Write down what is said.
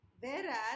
Whereas